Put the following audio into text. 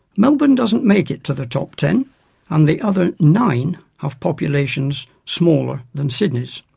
melbourne doesn't make it to the top ten and the other nine have populations smaller than sydney's.